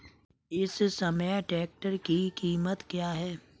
इस समय ट्रैक्टर की कीमत क्या है?